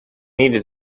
needed